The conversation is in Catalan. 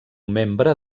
membre